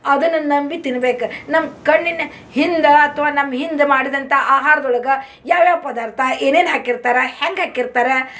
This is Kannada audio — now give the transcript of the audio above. ಅದನ್ನ ನಂಬಿ ತಿನ್ಬೇಕು ನಮ್ಮ ಕಣ್ಣಿನ ಹಿಂದ ಅಥ್ವ ನಮ್ಮ ಹಿಂದೆ ಮಾಡಿದಂಥ ಆಹಾರ್ದೊಳಗೆ ಯಾವ್ಯಾವ ಪದಾರ್ಥ ಏನೇನು ಹಾಕಿರ್ತರೆ ಹೆಂಗೆ ಹಾಕಿರ್ತರೆ